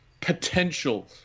potential